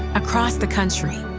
across the country.